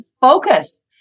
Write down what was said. focus